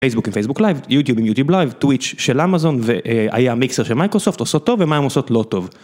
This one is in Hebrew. פייסבוק ופייסבוק ליב, יוטיוב ויוטיוב ליב, טוויץ' של אמזון והיה מיקסר של מייקרוסופט, עושות טוב ומה הם עושות לא טוב.